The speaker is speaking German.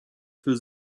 für